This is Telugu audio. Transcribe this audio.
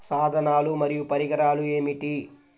సాధనాలు మరియు పరికరాలు ఏమిటీ?